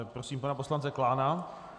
Prosím pana poslance Klána.